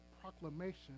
proclamation